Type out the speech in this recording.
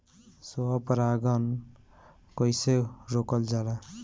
स्व परागण कइसे रोकल जाला?